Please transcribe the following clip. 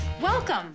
Welcome